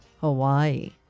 Hawaii